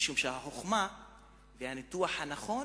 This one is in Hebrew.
החוכמה והניתוח הנכון